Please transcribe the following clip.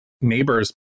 neighbors